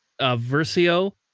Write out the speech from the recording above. Versio